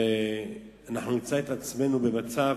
אנחנו נמצא את עצמנו במצב